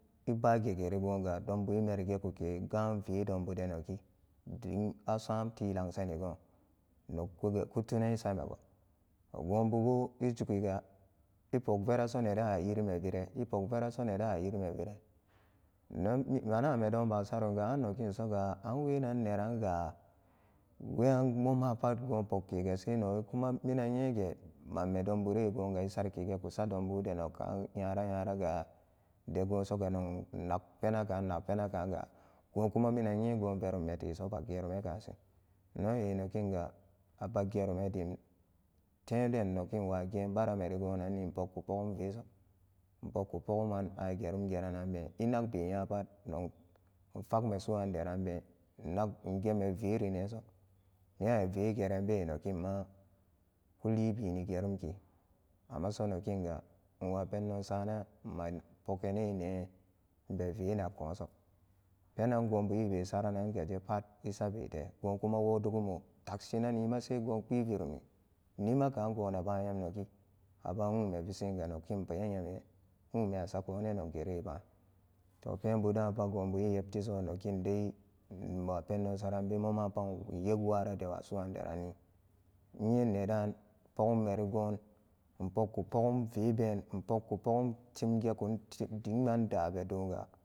Ebugegeri goga dombu e men gekuke gam ve donbu denan dim asam tilangsanigo noku-kutunen samego gobube ejugu epok veraso neeran a nyirme viran epok veraso neera a nyirme viran innan-manamedon ba sarumaa annoginsoga an wean neranga weyan momapa go pukkega se nogi kuma minan nyege manme dobure goga esarki geku sadonbu de nok kan nyara nyaraga degosoga nok innak penaka innakpenakaga gokuma minan nye gon verummeteso baggerumakasin inno ehh nokinga abaggerumendim temden nokin wagen barameri gonanni inpokku pogum veso inpokku poguman agerum gerananben inagbe nyapat nug infakme su'anderanbe ingeme verineso ne avegeranbe nokin ma kulibini gerumke ammaso nokinga awa pendon sanan ma pogene nee inbe ve nakkunso penan gobu ebe saranangajepat isabete gokuma wo dogumo nakshinanima sai gon kpii virumi nimaka goma banyem nogi aba nwume visiga nokin penyemire nwume asakunan noggere pbaan to pembudapat gonbu e ebtiso nokin de inwa pendon saranbe momapa inyekwa adewa su'anderanni innyinedan pogummerigon in pokku pogum vebe in pokku pogum tim geran diman dabedoga.